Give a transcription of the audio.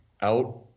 out